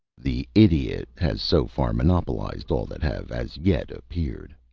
the idiot has so far monopolized all that have as yet appeared.